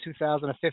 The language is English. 2015